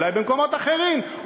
אולי במקומות אחרים,